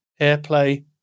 AirPlay